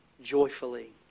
joyfully